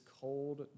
cold